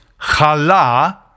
Chala